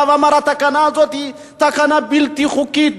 בא ואמר: התקנה הזאת היא תקנה בלתי חוקית,